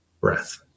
breath